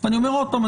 אני אומר עוד פעם,